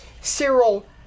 Cyril